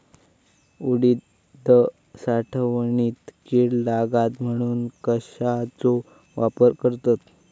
उडीद साठवणीत कीड लागात म्हणून कश्याचो वापर करतत?